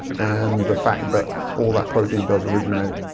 and the fact that all that protein does originate,